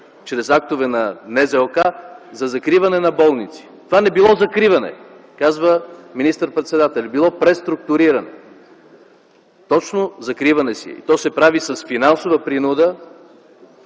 каса за закриване на болници. Това не било закриване, казва министър - председателят, било преструктуриране. Точно закриване си е и то се прави с финансова принуда